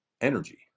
Energy